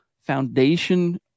foundation